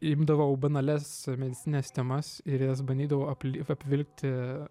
imdavau banalias medicinines temas ir jas bandydavau apli pavilkti